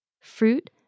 fruit